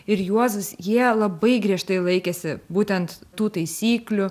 ir juozas jie labai griežtai laikėsi būtent tų taisyklių